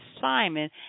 Simon